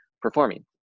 performing